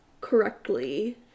correctly